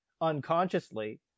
unconsciously